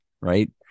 right